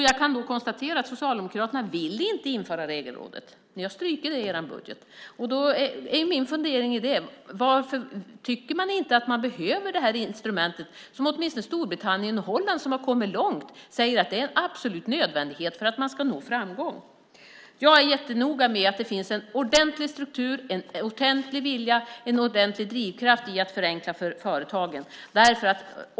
Jag kan konstatera att Socialdemokraterna inte vill införa regelrådet. Ni har strukit det i er budget. Tycker man inte att man behöver det instrumentet? Storbritannien och Holland, som har kommit långt, säger att det är en absolut nödvändighet för att man ska nå framgång. Jag är jättenoga med att det finns en ordentlig struktur, en ordentlig vilja och en ordentlig drivkraft för att förenkla för företagen.